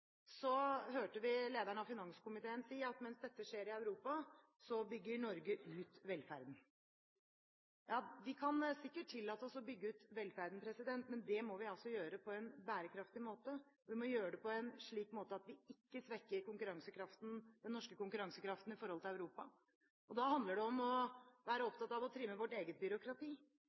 Så hørte vi lederen av finanskomiteen si at samtidig med at dette skjer i Europa, bygger Norge ut velferden. Ja, vi kan sikkert tillate oss å bygge ut velferden, men det må vi gjøre på en bærekraftig måte. Vi må gjøre det på en slik måte at vi ikke svekker den norske konkurransekraften i forhold til Europa, og da handler det om å være opptatt av å trimme vårt eget byråkrati,